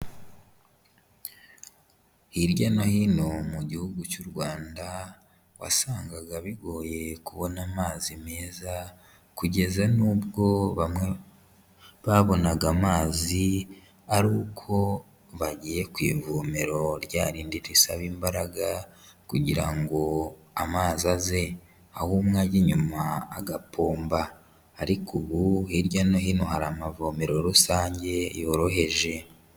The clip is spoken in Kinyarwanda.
Hirya no hino mu gihugu cy'u Rwanda, wasangaga bigoye kubona amazi meza kugeza n'ubwo bamwe babonaga amazi ari uko bagiye ku ivomero rya rindi risaba imbaraga kugira ngo amazi aze. Aho umwe ajya inyuma agapomba ariko ubu hirya no hino hari amavomero rusange yoroheje.